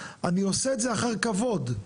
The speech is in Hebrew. אני עושה את זה לאחר כבוד,